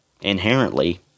inherently